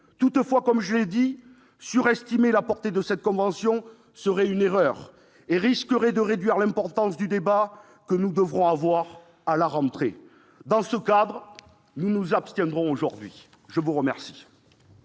Toutefois, comme je l'ai dit, surestimer la portée de celle-ci serait une erreur et risquerait de réduire l'importance du débat que nous devrons avoir à la rentrée. Dans ces conditions, nous nous abstiendrons. La parole